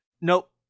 Nope